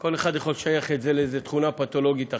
כל אחד יכול לשייך את זה לאיזו תכונה פתולוגית אחרת,